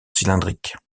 cylindrique